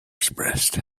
expressed